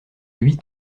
huit